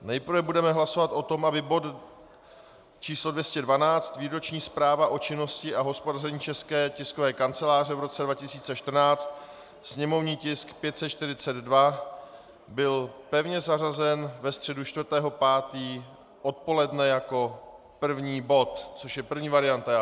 Nejprve budeme hlasovat o tom, aby bod číslo 212, Výroční zpráva o činnosti a hospodaření České tiskové kanceláře v roce 2014, sněmovní tisk 542, byl pevně zařazen ve středu 4. 5. odpoledne jako první bod, což je první varianta.